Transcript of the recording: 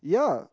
ya